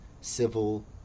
civil